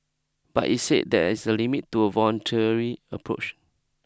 but it said there is a limit to a voluntary approach